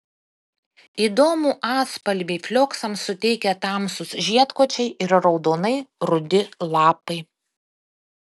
įdomų atspalvį flioksams suteikia tamsūs žiedkočiai ir raudonai rudi lapai